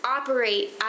operate